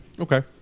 Okay